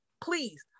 Please